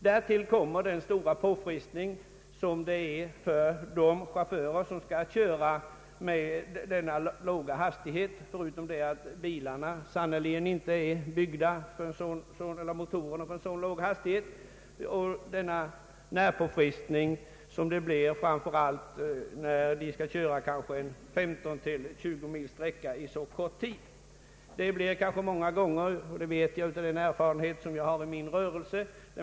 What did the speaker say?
Därtill kommer den stora påfrestningen på chaufförerna som skall köra med denna låga hastighet — förutom att bilarna sannerligen inte är byggda för så låg hastighet. Särskilt nervpåfrestande blir det naturligtvis när en chaufför skall köra 15 å 20 mil med denna låga fart. Det vet jag av den erfarenhet jag har från min egen rörelse.